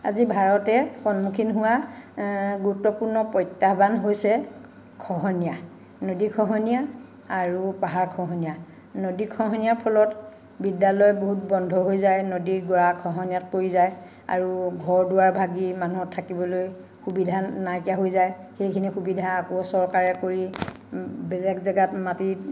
আজি ভাৰতে সন্মুখীন হোৱা গুৰুত্বপূৰ্ণ প্ৰত্যাহ্বান হৈছে খহনীয়া নদী খহনীয়া আৰু পাহাৰ খহনীয়া নদী খহনীয়াৰ ফলত বিদ্যালয় বহুত বন্ধ হৈ যায় নদী গৰাখহনীয়াত পৰি যায় আৰু ঘৰ দুৱাৰ ভাঙি মানুহ থাকিবলৈ সুবিধা নাইকিয়া হৈ যায় সেইখিনি সুবিধা আকৌ চৰকাৰে কৰি বেলেগ জেগাত মাটি